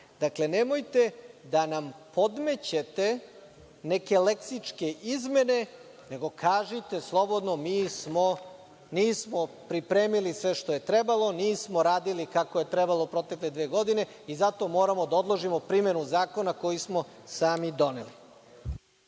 dana. Dakle, nemojte da nam podmećete neke leksičke izmene nego kažite slobodno - nismo pripremili sve što je trebalo, nismo radili kako je trebalo protekle dve godine i zato moramo da odložimo primenu zakona koji smo sami doneli.